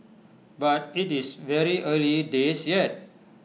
but IT is very early days yet